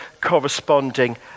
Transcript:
corresponding